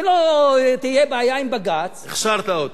שלא תהיה בעיה עם בג"ץ, הכשרת אותו.